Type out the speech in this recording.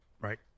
right